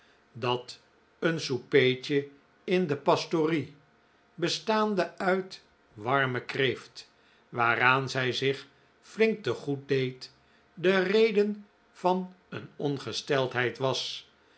dat een soupertje in de pastorie bestaande uit warmen kreeft waaraan zij zich flink te goed deed de reden van een ongesteldheid was